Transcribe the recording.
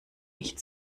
nicht